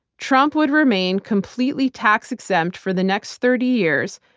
trump would remain completely tax exempt for the next thirty years,